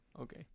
Okay